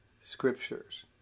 scriptures